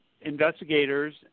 investigators